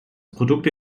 produkte